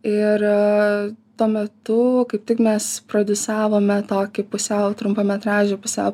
ir tuo metu kaip tik mes pradiusavome tokį pusiau trumpametražį pusiau